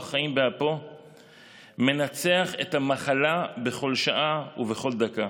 חיים באפו מנצח את המחלה בכל שעה ובכל דקה.